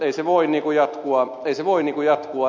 ei se voi jatkua näin